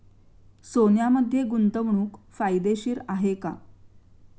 सोन्यामध्ये गुंतवणूक फायदेशीर आहे का?